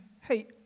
hey